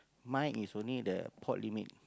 mine is only the port limit